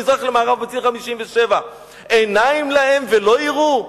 ממזרח למערב בציר 57. עיניים להם ולא יראו?